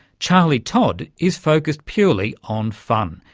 charlie todd is focused purely on fun.